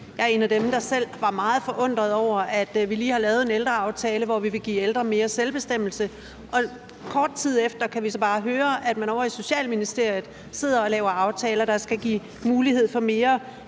Jeg er selv en af dem, der var meget forundrede over, at vi, kort tid efter at vi lige har lavet en ældreaftale, hvor vi vil give ældre mere selvbestemmelse, så bare kan høre, at man ovre i Socialministeriet sidder og laver aftaler, der skal give mulighed for mere